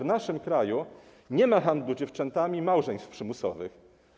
W naszym kraju nie ma handlu dziewczętami i małżeństw przymusowych.